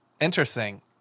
interesting